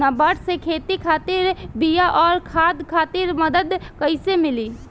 नाबार्ड से खेती खातिर बीया आउर खाद खातिर मदद कइसे मिली?